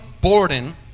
Borden